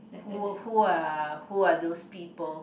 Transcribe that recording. who who are who are those people